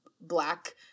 Black